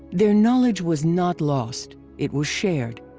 their knowledge was not lost. it was shared,